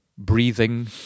breathing